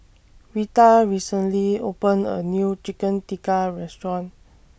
Retha recently opened A New Chicken Tikka Restaurant